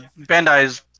Bandai's